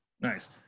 Nice